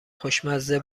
خوشمزه